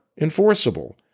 enforceable